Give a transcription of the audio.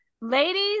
ladies